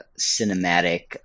cinematic